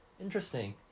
Interesting